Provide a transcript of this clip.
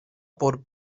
por